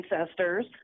ancestors –